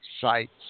sites